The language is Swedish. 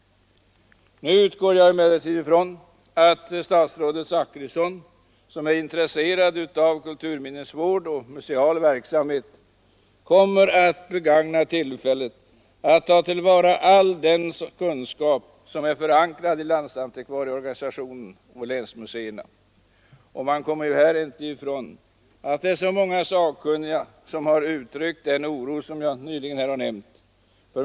Nu utgår jag emellertid från att statsrådet Zachrisson, som är intresserad av kulturminnesvård och även av museal verksamhet, kommer att begagna tillfället att ta till vara all den kunskap som är förankrad i landsantikvarieorganisationen och länsmuseerna. Man kommer inte ifrån 31 att det är många sakkunniga som har uttryckt den oro jag nyss har nämnt.